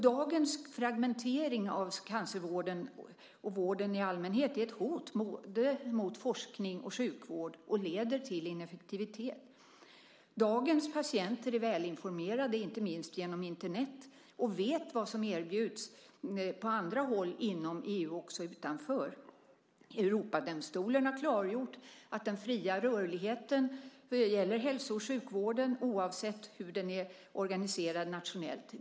Dagens fragmentering av cancervården och vården i allmänhet är ett hot mot forskning och sjukvård och leder till ineffektivitet. Dagens patienter är välinformerade, inte minst genom Internet, och vet vad som erbjuds på andra håll inom EU och också utanför. Europadomstolen har klargjort att den fria rörligheten gäller hälso och sjukvården oavsett hur den är organiserad nationellt.